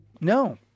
No